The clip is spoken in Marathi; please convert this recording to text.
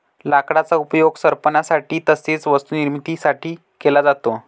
लाकडाचा उपयोग सरपणासाठी तसेच वस्तू निर्मिती साठी केला जातो